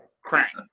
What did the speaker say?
crack